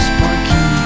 Sparky